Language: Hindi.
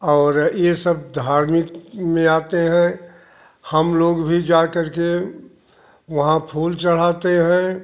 और ये सब धार्मिक में आते हैं हम लोग भी जा करके वहाँ फूल चढ़ाते हैं